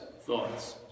Thoughts